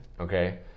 okay